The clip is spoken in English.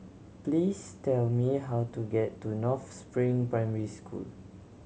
please tell me how to get to North Spring Primary School